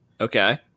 Okay